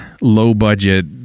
low-budget